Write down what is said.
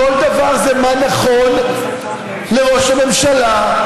כל דבר זה מה נכון לראש הממשלה.